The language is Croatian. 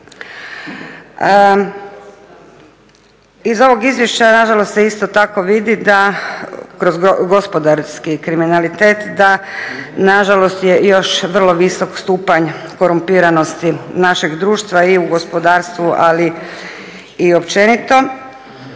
Iz ovog izvješća nažalost se isto tako vidi da kroz gospodarski kriminalitet da nažalost je još vrlo visok stupanj korumpiranosti našeg društva i u gospodarstvu, ali i općenito